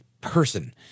person